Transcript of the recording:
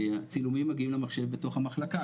הצילומים מגיעים למחשב בתוך המחלקה,